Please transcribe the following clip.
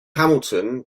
hamilton